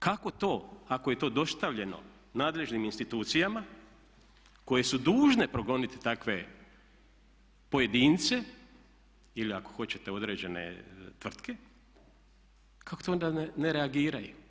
Kako to ako je to dostavljeno nadležnim institucijama koje su dužne progoniti takve pojedince ili ako hoćete određene tvrtke, kako to onda ne reagiraju?